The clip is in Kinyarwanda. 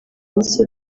minsi